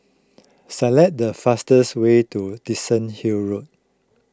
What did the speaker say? select the fastest way to Dickenson Hill Road